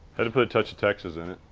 had to put a touch of texas in it,